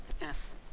Yes